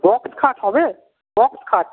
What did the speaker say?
box খাট হবে box খাট